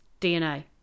DNA